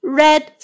red